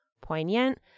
poignant